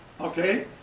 okay